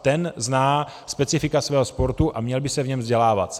Ten zná specifika svého sportu a měl by se v něm vzdělávat.